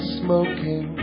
smoking